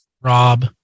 Rob